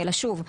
אלא שוב,